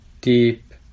deep